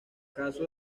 caso